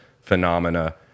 phenomena